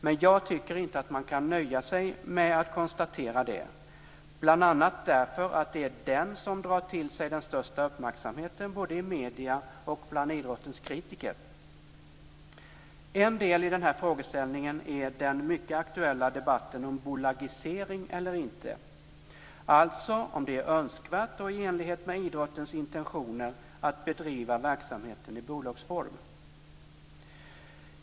Men jag tycker inte att man kan nöja sig med att konstatera det, bl.a. därför att det är den som drar till sig den största uppmärksamheten både i medierna och bland idrottens kritiker. En del i den här frågeställningen är den mycket aktuella debatten om bolagisering eller inte. Det handlar alltså om huruvida det är önskvärt och i enlighet med idrottens intentioner att bedriva verksamheten i bolagsform.